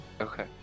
Okay